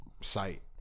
site